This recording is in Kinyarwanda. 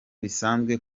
bisanzwe